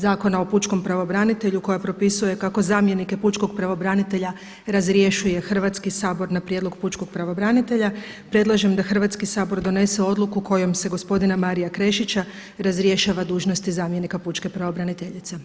Zakona o pučkom pravobranitelju koja propisuje kako zamjenike pučkog pravobranitelja razrješuje Hrvatski sabor na prijedlog pučkog pravobranitelja, predlažem da Hrvatski sabor donese odluku kojom se gospodina Maria Krešića razrješava dužnosti zamjenika pučke pravobraniteljice.